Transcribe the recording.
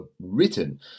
written